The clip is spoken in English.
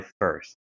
first